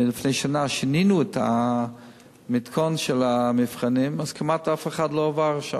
לפני שנה שינינו את המתכונת של המבחנים וכמעט אף אחד לא עבר.